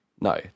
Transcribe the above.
no